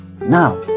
now